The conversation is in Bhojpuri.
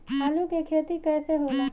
आलू के खेती कैसे होला?